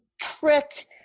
trick